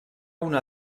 una